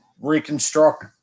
reconstruct